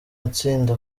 matsinda